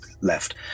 left